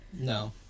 No